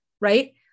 right